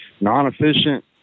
non-efficient